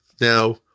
Now